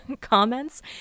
comments